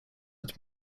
with